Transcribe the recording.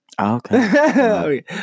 Okay